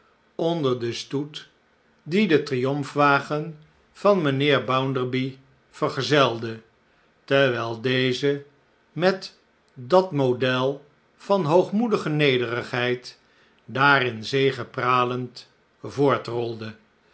onder den stoet die den triomfwagen van mijnheer bounderby vergezelde terwijl deze met dat model van hoogmoedige nederigheid daarin zegepralend